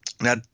Now